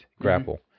grapple